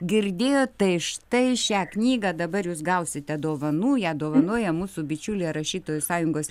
girdėjot tai štai šią knygą dabar jūs gausite dovanų ją dovanoja mūsų bičiulė rašytojų sąjungos